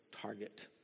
target